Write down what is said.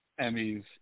Emmys